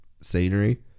scenery